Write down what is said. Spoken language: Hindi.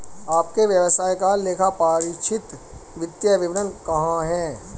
आपके व्यवसाय का लेखापरीक्षित वित्तीय विवरण कहाँ है?